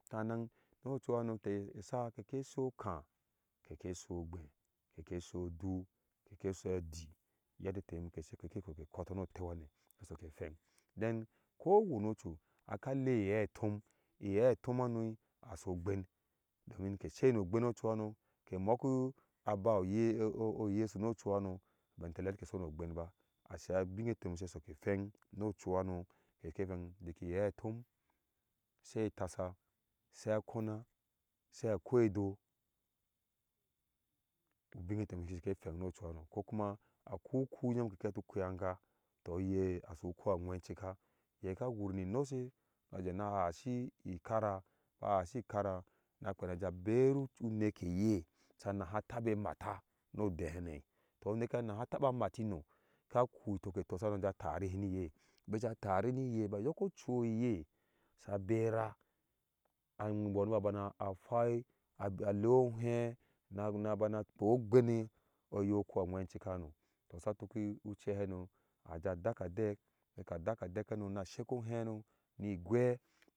Sanannu ocu hano ɛsa kek shi okaa kek si ogbeh keke si odu keksi adi yedde te nyom kese kek soke kɔtɔɔnu oteu hane kedoke feng den ko wani ocu aka lei ihe atom ihe atom anoi asogben domin kesyir noogben no cuha no ke moku aba oye-ooyesu no cuha no bentele aheti ke so no ogbenba asa abinne te nyom se soke feny no cuhno keke feng deki ihe atom sai tasa sai akona se akui edo ubinge te nyom ke shi ke feng no cuhano kokuma akoi uku nyom keke heti ku yangaa tɔ iye asu ku aŋwɛnchika ye ka wur ni nosee ajana hashi i karaa aha shi kara na kpena ja beru ɔ une keye sa naha tabe mataa no ode he nei to unekeye aneha taba maati matii no ka kui toko tosahano ja tarihe ni iye bija tariha niye ba yɔk ocu iye sa bera an mbonona bana ahiwai aale ohɛi na nana bana akpe ogbene eye uku aŋwɛnchika hano to sa tuki ucɛ hano aja daka adɛk bika adaka adɛ hano na sheko ohɛi hano ni igwɛ.